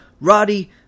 Roddy